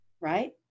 Right